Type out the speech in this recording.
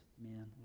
men